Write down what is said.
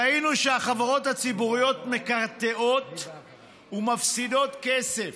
ראינו שהחברות הציבוריות מקרטעות ומפסידות כסף,